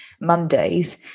Mondays